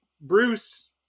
Bruce